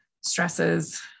stresses